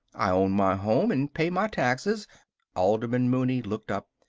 i own my home and pay my taxes alderman mooney looked up.